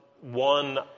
one